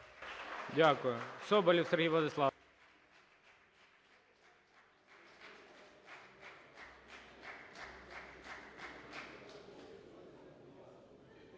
Дякую.